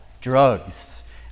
drugs